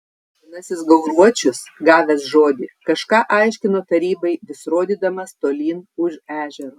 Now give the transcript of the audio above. senasis gauruočius gavęs žodį kažką aiškino tarybai vis rodydamas tolyn už ežero